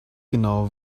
genau